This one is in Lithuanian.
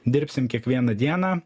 dirbsim kiekvieną dieną